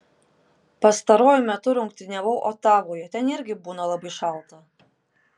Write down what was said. pastaruoju metu rungtyniavau otavoje ten irgi būna labai šalta